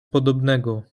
podobnego